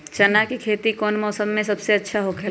चाना के खेती कौन मौसम में सबसे अच्छा होखेला?